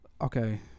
Okay